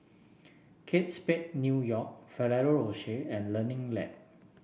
Kate Spade New York Ferrero Rocher and Learning Lab